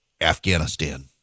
afghanistan